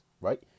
right